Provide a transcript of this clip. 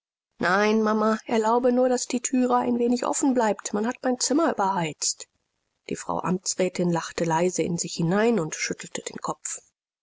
nein mama erlaube nur daß die thüre ein wenig offen bleibt man hat mein zimmer überheizt die frau amtsrätin lachte leise in sich hinein und schüttelte den kopf